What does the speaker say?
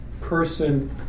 person